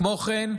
כמו כן,